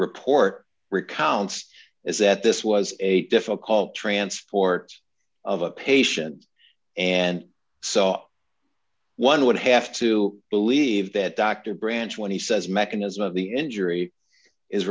report recounts is that this was a difficult transport of a patient and saw one would have to believe that dr branch when he says mechanism of the injury is